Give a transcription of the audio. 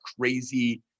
crazy